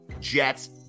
Jets